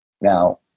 Now